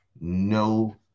no